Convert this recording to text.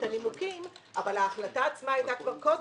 הנימוקים אבל ההחלטה עצמה היתה כבר קודם.